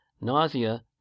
nausea